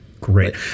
Great